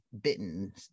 bitten